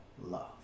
love